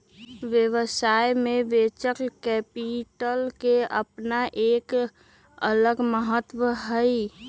व्यवसाय में venture capital के अपन एक अलग महत्व हई